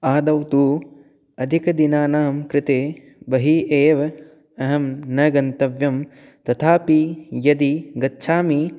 आदौ तु अधिकदिनानां कृते बहिः एव अहं न गन्तव्यं तथापि यदि गच्छामि